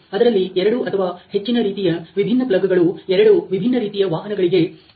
ಅದರಲ್ಲಿ ಎರಡು ಅಥವಾ ಹೆಚ್ಚಿನ ರೀತಿಯ ವಿಭಿನ್ನ ಪ್ಲಗ್'ಗಳು 2 ವಿಭಿನ್ನ ರೀತಿಯ ವಾಹನಗಳಿಗೆ ತಲುಪುತ್ತವೆ